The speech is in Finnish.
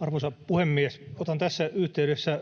Arvoisa puhemies! Otan tässä yhteydessä